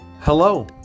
Hello